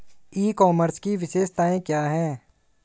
ई commerce की विशेषताएं क्या हैं?